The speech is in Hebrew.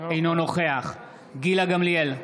אינו נוכח גילה גמליאל,